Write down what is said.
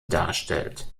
darstellt